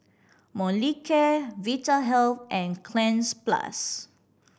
Molicare Vitahealth and Cleanz Plus